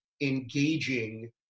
engaging